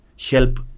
help